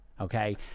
Okay